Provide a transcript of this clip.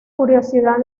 curiosidad